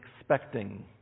expecting